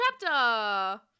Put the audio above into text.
chapter